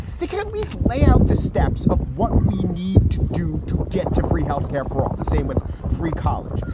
they can at least lay out the steps of what we need to do to get to free health care for all. the same with free college,